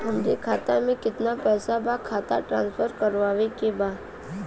हमारे खाता में कितना पैसा बा खाता ट्रांसफर करावे के बा?